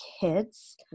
kids